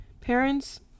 Parents